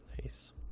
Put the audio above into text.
Nice